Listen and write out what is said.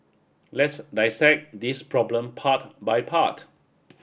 let's dissect this problem part by part